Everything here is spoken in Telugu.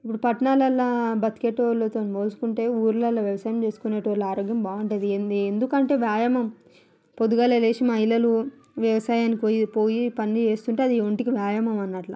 ఇప్పుడు పట్టణాలలో బతికేటోళ్ళతో పోల్చుకుంటే ఊరలలో వ్యవసాయం చేసుకునేటోళ్ళు ఆరోగ్యం బాగుంటుంది ఏంటి ఎందుకంటే వ్యాయామం పొద్దుగాల లేసి మహిళలు వ్యవసాయానికి పోయి పోయి పని చేస్తుంటే అది ఒంటికి వ్యాయామం అన్నట్లు